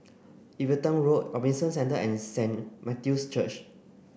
Everton Road Robinson Centre and Saint Matthew's Church